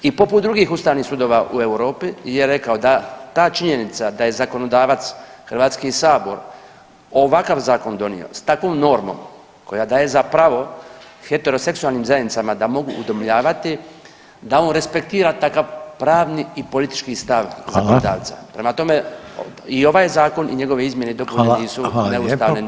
I poput drugih ustavnih sudova u Europi je rekao da ta činjenica da je zakonodavac HS ovakav zakon donio s takvom normom koja daje zapravo heteroseksualnim zajednicama da mogu udomljavati da on respektira takav pravni i politički stav zakonodavca [[Upadica Reiner: Hvala.]] prema tome i ovaj zakon i njegove izmjene i dopune nisu [[Upadica Reiner: Hvala lijepa.]] neustavne ni